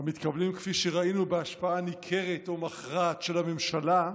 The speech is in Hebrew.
המתקבלים כפי שראינו בהשפעה ניכרת או מכרעת של הממשלה,